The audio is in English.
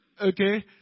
Okay